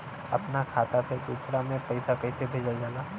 अपना खाता से दूसरा में पैसा कईसे भेजल जाला?